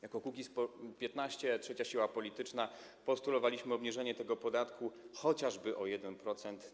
Jako Kukiz’15, trzecia siła polityczna, postulowaliśmy obniżenie tego podatku chociażby o 1%.